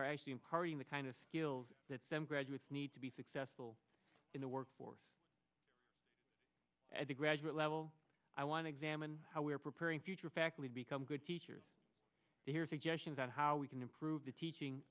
are actually imparting the kind of skills that stem graduates need to be successful in the workforce at the graduate level i want to examine how we are preparing future fact we've become good teachers here suggestions on how we can improve the teaching